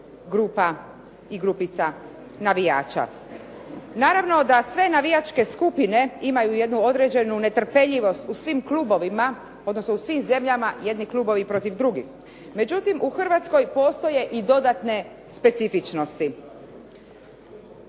grupa i grupica navijača. Naravno da sve navijačke skupine imaju jednu određenu netrpeljivost u svim klubovima, odnosno u svim zemljama jedni klubovi protiv drugih. Međutim, u Hrvatskoj postoje i dodatne specifičnosti.